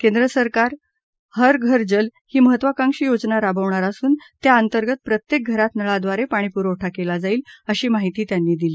केंद्र सरकार हर घर जल ही महत्वाकांक्षी योजना राबवणार असून त्याअंतर्गत प्रत्येक घरात नळाद्वारे पाणीपुरवठा केला जाईल अशी माहिती त्यांनी दिली